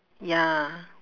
ya